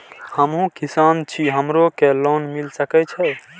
हमू किसान छी हमरो के लोन मिल सके छे?